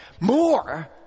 more